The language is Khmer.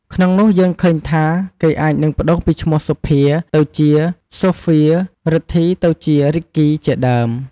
ក្នុងនោះយើងឃើញថា គេអាចនឹងប្តូរពីឈ្មោះ សុភា ទៅជា សូហ្វៀរ រិទ្ធី ទៅជា រីកគី ជាដើម។